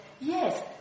yes